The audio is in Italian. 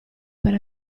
per